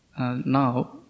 now